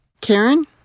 Karen